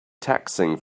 taxing